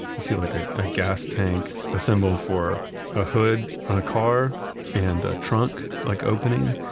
you see like a a gas tank, a symbol for a hood on a car and a trunk like opening.